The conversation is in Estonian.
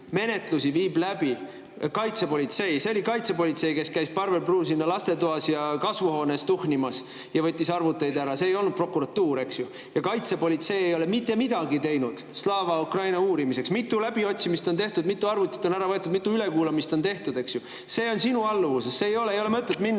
menetlusi viib läbi ikka kaitsepolitsei. See oli kaitsepolitsei, kes käis Parvel Pruunsilla lastetoas ja kasvuhoones tuhnimas ja võttis arvuteid ära. See ei olnud prokuratuur, eks ju. Ja kaitsepolitsei ei ole mitte midagi teinud Slava Ukraini uurimiseks. Mitu läbiotsimist on tehtud? Mitu arvutit on ära võetud? Mitu ülekuulamist on tehtud? See on sinu alluvuses, ei ole mõtet [tulla